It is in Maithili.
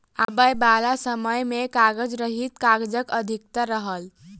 आबयबाला समय मे कागज रहित काजक अधिकता रहत